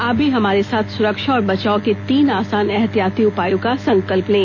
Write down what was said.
आप भी हमारे साथ सुरक्षा और बचाव के तीन आसान एहतियाती उपायों का संकल्प लें